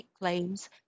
claims